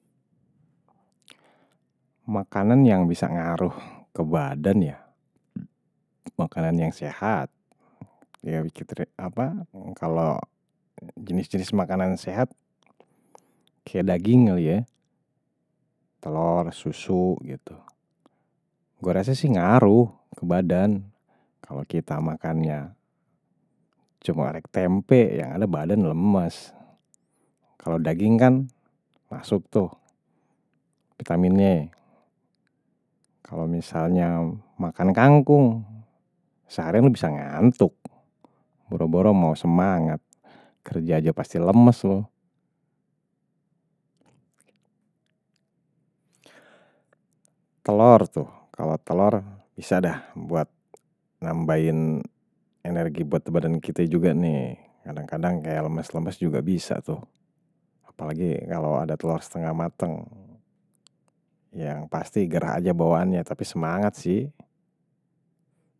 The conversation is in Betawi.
Makanan yang bisa ngaruh ke badan ya. Makanan yang sehat. kalau jenis-jenis makanan sehat, kayak daging kali ya. Telor, susu, gitu. Gue rasa sih ngaruh ke badan kalau kita makannya, cuma orek tempe yang ada badan lemas. Kalau daging kan masuktuh vitaminnya. Kalau misalnya makan kangkung, seharian loe bisa ngantuk. Boro-boro mau semangat, kerja aja pasti lemes. Telor tuh, kalau telor bisa dah buat nambahin energi buat badan kita juga nih. Kadang-kadang kayak lemes-lemes juga bisa tuh. Apalagi kalau ada telor setengah matang. Yang pasti gerah aje bawaannya, tapi semangat sih.